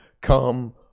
come